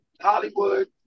Hollywood